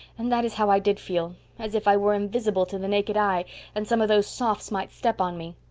and that is how i did feel as if i were invisible to the naked eye and some of those sophs might step on me.